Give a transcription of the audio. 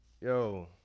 yo